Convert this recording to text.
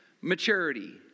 maturity